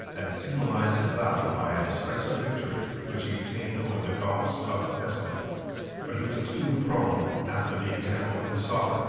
had signalized his valor by a decisive victory, which he obtained over the goths of thessaly but he was too prone, after the example of his sovereign,